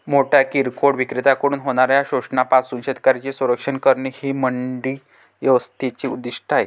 मोठ्या किरकोळ विक्रेत्यांकडून होणाऱ्या शोषणापासून शेतकऱ्यांचे संरक्षण करणे हे मंडी व्यवस्थेचे उद्दिष्ट आहे